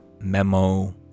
memo